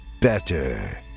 better